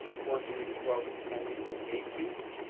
fourteen weeks, twelve weeks, ten weeks, and eight weeks.